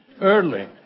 early